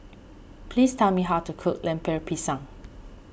please tell me how to cook Lemper Pisang